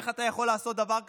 איך אתה יכול לעשות דבר כזה?